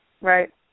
Right